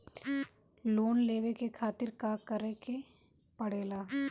Loan लेवे के खातिर का करे के पड़ेला?